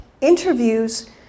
interviews